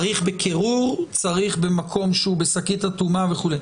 צריך בקירור, צריך במקום שהוא בשקית אטומה וכו'.